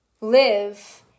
live